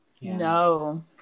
No